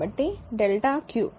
కాబట్టి delta q